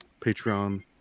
patreon